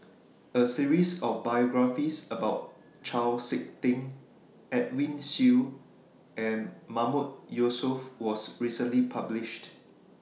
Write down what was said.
A series of biographies about Chau Sik Ting Edwin Siew and Mahmood Yusof was recently published